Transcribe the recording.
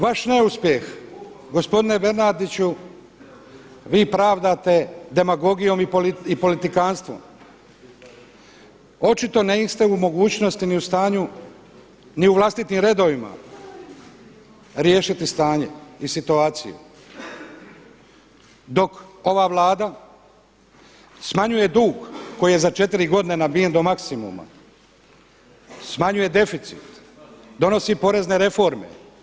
Vaš neuspjeh gospodine Bernardiću vi pravdate demagogijom i politikantstvom, očito niste u mogućnosti ni u stanju ni u vlastitim redovima riješiti stanje i situaciju, dok ova Vlada smanjuje dug koji je za četiri godine nabijen do maksimuma, smanjuje deficit, donosi porezne reforme.